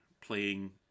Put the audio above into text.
playing